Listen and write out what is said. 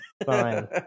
Fine